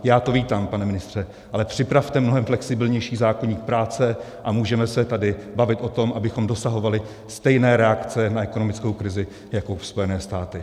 Já to vítám, pane ministře, ale připravte mnohem flexibilnější zákoník práce a můžeme se tady bavit o tom, abychom dosahovali stejné reakce na ekonomickou krizi jako Spojené státy.